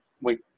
wait